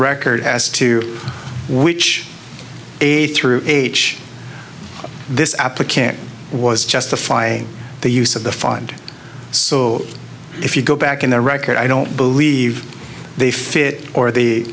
record as to which aid through h this applicant was justifying the use of the fund so if you go back in the record i don't believe they fit or they